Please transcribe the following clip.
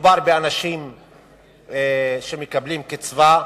מדובר באנשים שמקבלים קצבה.